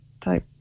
type